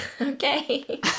Okay